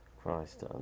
Christ